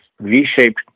V-shaped